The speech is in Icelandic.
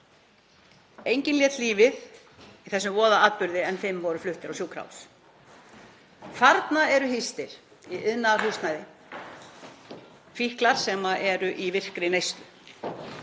Enginn lét lífið í þessum voðaatburði en fimm voru fluttir á sjúkrahús. Þarna eru hýstir í iðnaðarhúsnæði fíklar sem eru í virkri neyslu